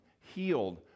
healed